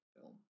film